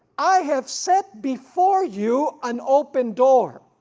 i have set before you an open door,